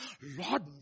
Lord